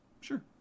Sure